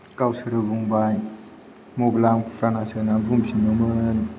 गावसोरो बुंबाय मबाइला फुरानासो होननानै बुंफिनदोंमोन